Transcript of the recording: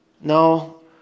No